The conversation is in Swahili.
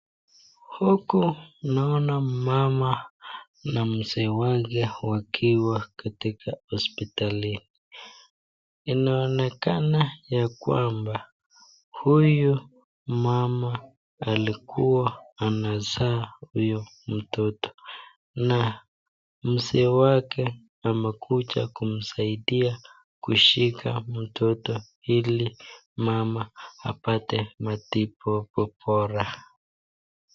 Huku naona mmama na mzee wake wakiwa katika hospitalini. Inaonekana ya kwamba huyu mama alikuwa anazaa huyu mtoto na mzee wake amekuja kumsaidia kushika mtoto, ili mama apate matibabu bora.